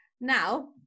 Now